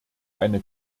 eine